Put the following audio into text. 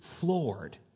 floored